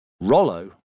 Rollo